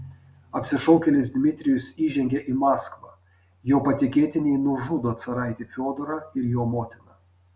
apsišaukėlis dmitrijus įžengia į maskvą jo patikėtiniai nužudo caraitį fiodorą ir jo motiną